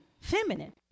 feminine